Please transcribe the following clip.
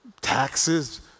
taxes